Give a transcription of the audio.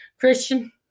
Christian